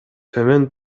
төмөн